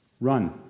Run